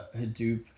Hadoop